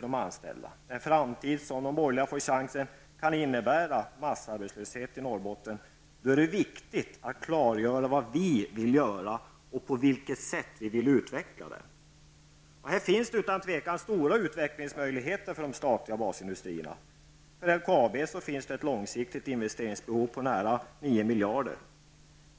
de anställda, en framtid som -- om de borgerliga får chansen -- kan innebära massarbetslöshet i Norrbotten. Det är därför viktigt att klargöra vad socialdemokraterna vill göra och på vilket sätt vi vill säkra utvecklingen. Här finns det utan tvivel stora utvecklingsmöjligheter för de statliga basindustrierna. För LKAB finns det ett långsiktigt investeringsbehov på nära 9 miljarder.